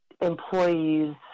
employees